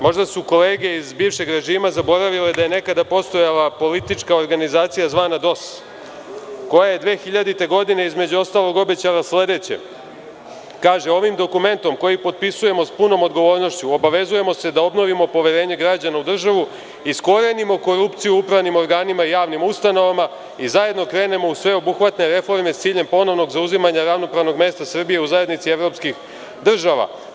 Možda su kolege iz bivšeg režima zaboravile da je nekada postojala politička organizacija zvana DOS, koja je 2000. godine, između ostalog obećala sledeće, kaže – ovim dokumentom koji potpisujemo sa punom odgovornošću, obavezujemo se da obnovimo poverenje građana u državu, iskorenimo korupciju u upravnim organima i javnim ustanovama i zajedno krenemo u sveobuhvatne reforme s ciljem ponovnog zauzimanja ravnopravnog mesta Srbije u zajednici evropskih država.